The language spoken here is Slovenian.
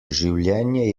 življenje